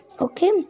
Okay